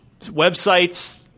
websites